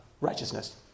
Righteousness